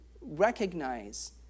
recognize